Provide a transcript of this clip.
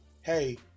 Hey